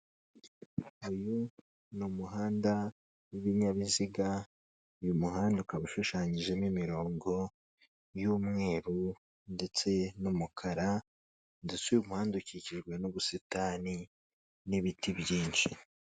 Uyu n'umuhanda w'ibinyabiziga, uyu muhanda ukaba ushushanyijemo imirongo y'umweru ndetse n'umukara, ndetse uyu muhanda ukikijwe n'ubusitani n'ibiti byinshi.